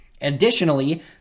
Additionally